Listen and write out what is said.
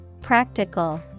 Practical